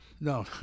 no